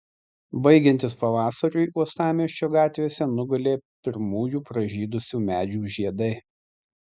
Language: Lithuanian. baigiantis pavasariui uostamiesčio gatvėse nugulė pirmųjų pražydusių medžių žiedai